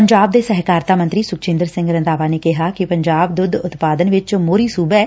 ਪੰਜਾਬ ਦੇ ਸਹਿਕਾਰਤਾ ਮੰਤਰੀ ਸੁਖਜਿੰਦਰ ਸਿੰਘ ਰੰਧਾਵਾ ਨੇ ਕਿਹੈ ਕਿ ਪੰਜਾਬ ਦੁੱਧ ਉਤਪਾਦਨ ਵਿਚ ਸੋਹਰੀ ਸੁਬਾ ਐ